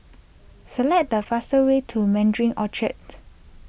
select the fastest way to Mandarin Orchard